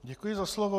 Děkuji za slovo.